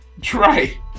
try